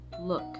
look